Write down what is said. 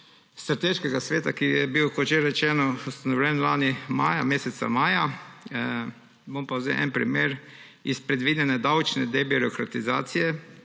Strateškega sveta, ki je bil, kot že rečeno, ustanovljen lani meseca maja. Bom pa vzel en primer iz predvidene davčne debirokratizacije.